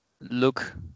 look